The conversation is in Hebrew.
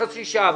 רביזיה.